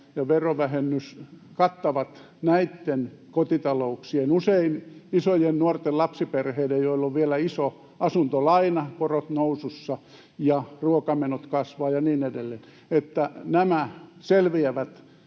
ja verovähennys, kattavat nämä kotitaloudet — usein isot nuoret lapsiperheet, joilla on vielä iso asuntolaina, korot nousussa ja ruokamenot kasvavat ja niin edelleen — niin